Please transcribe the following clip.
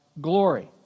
glory